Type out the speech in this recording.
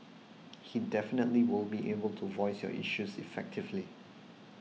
he definitely will be able to voice your issues effectively